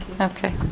Okay